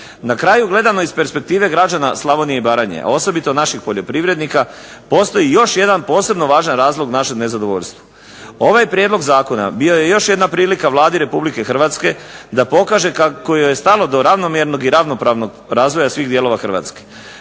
Na kraju gledano iz perspektive građana Slavonije i Baranje, a osobito naših poljoprivrednika, postoji još jedan posebno važan razlog našem nezadovoljstvu. Ovaj prijedlog zakona bio je još jedna prilika Vladi Republike Hrvatske da pokaže kako joj je stalo do ravnomjernog i ravnopravnog razvoja svih dijelova Hrvatske.